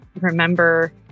remember